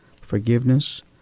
forgiveness